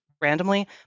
randomly